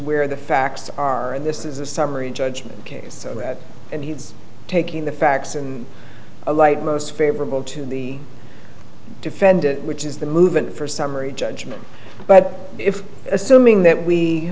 where the facts are and this is a summary judgment case and he's taking the facts in a light most favorable to the defendant which is the movement for summary judgment but if assuming that we